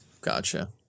gotcha